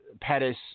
Pettis